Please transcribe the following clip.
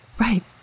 Right